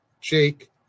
Jake